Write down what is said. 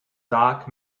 doc